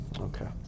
Okay